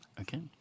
Okay